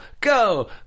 Go